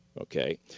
okay –